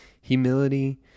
Humility